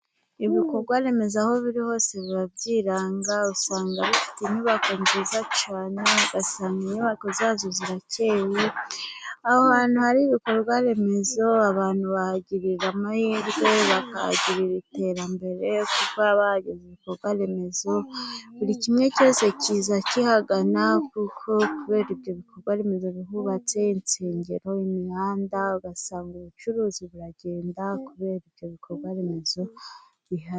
Ibikorwaremezo aho biri hose biba byiranga. Usanga bifite inyubako nziza cyane. Ugasanga inyubako zazo zirakeye. Aho hantu hari ibikorwa remezo, abantu bahagirira amahirwe, bakahagirira iterambere, kuko haba hageze ibikorwa remezo. Buri kimwe cyose kiza kihagana kubera ibyo bikorwa remezo bihubatse, insengero, imihanda. Ugasanga ubucuruzi buragenda, kubera ibyo bikorwa remezo bihari.